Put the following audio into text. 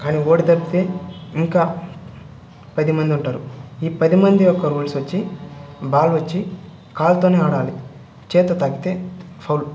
కాని ఓడి తప్పితే ఇంకా పదిమంది ఉంటారు ఈ పదిమంది యొక్క రూల్స్ వచ్చి బాల్ వచ్చి కాలుతోనే ఆడాలి చేత్తో తాకితే ఫౌల్డ్